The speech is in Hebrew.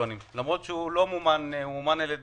בקריטריונים פה למרות שהוא ממומן על-ידי